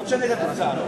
לא תשנה את התוצאה.